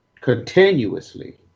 continuously